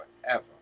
forever